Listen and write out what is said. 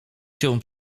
się